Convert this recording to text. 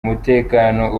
umutekano